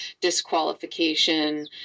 disqualification